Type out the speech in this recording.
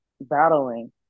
battling